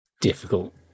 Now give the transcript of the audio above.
difficult